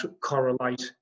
correlate